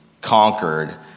conquered